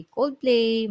Coldplay